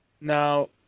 Now